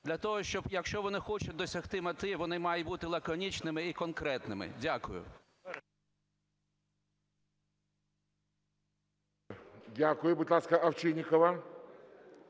для того, щоб якщо вони хочуть досягти мети, вони мають бути лаконічними і конкретними. Дякую. ГОЛОВУЮЧИЙ. Дякую. Будь ласка, Овчинникова.